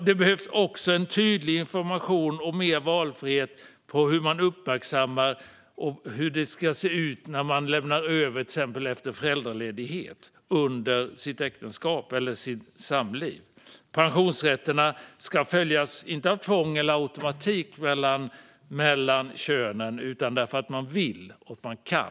Det behövs också tydlig information och mer valfrihet när det gäller hur man uppmärksammar och hur det ska se ut när man lämnar över till exempel efter föräldraledighet under sitt äktenskap eller samliv. Pensionsrätterna ska inte överföras mellan könen av tvång eller per automatik utan därför att man vill och kan.